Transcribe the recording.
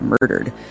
murdered